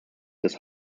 das